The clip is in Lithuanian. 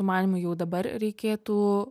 manymu jau dabar reikėtų